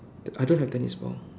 I don't have tennis ball